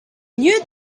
you